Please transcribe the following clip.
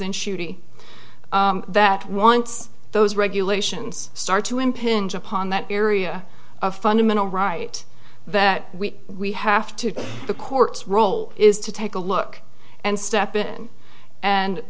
in shooty that once those regulations start to impinge upon that area a fundamental right that we have to the court's role is to take a look and step in and